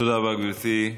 תודה רבה, גברתי.